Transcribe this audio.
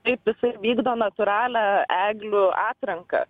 taip jisai vykdo natūralią eglių atranką